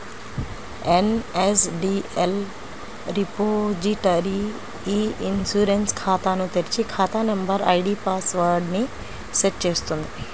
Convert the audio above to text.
NSDL repository e insurance ఖాతాను తెరిచి, ఖాతా నంబర్, ఐడీ పాస్ వర్డ్ ని సెట్ చేస్తుంది